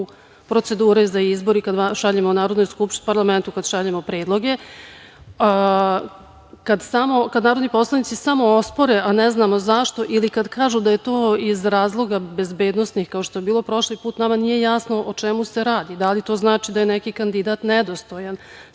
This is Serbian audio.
procedure za izbore kada šaljemo parlamentu predloge, kada narodni poslanici samo ospore, a ne znamo zašto i kada kažu da je to iz razloga bezbednosnih, kao što je bilo prošli put. Nama nije jasno o čemu se radi, da li to znači da je neki kandidat nedostojan,